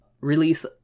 release